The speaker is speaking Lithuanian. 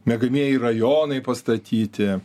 miegamieji rajonai pastatyti